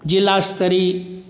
जिलास्तरीय